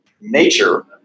nature